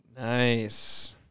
Nice